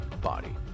Body